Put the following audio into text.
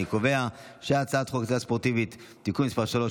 אני קובע שהצעת חוק הצלילה הספורטיבית (תיקון מס' 3),